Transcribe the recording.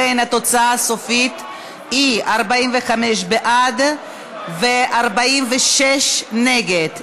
ולכן התוצאה הסופית היא 45 בעד ו-46 נגד,